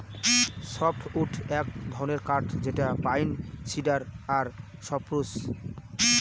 softwood এক ধরনের কাঠ যেটা পাইন, সিডার আর সপ্রুস